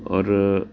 ਔਰ